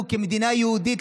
המדינה היהודית,